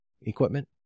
equipment